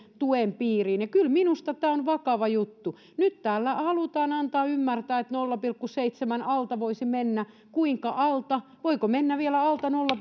tuen piiriin ja kyllä minusta tämä on vakava juttu nyt täällä halutaan antaa ymmärtää että nolla pilkku seitsemän alta voisi mennä kuinka paljon alta voiko mennä vielä alta nolla